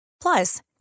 Plus